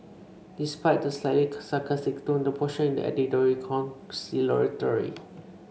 despite the slightly sarcastic tone the posture in the editorial was conciliatory